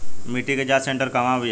मिटी के जाच सेन्टर कहवा बा बिहार में?